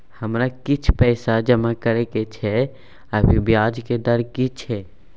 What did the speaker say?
हमरा किछ पैसा जमा करबा के छै, अभी ब्याज के दर की छै?